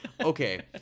okay